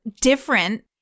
different